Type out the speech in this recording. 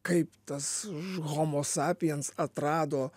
kaip tas ž homo sapiens atrado